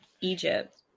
Egypt